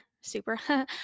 super